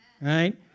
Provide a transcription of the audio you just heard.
right